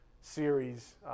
series